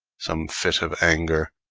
some fit of anger,